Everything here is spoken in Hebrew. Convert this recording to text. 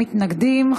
מתנגדים.